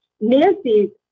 Nancy